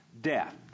Death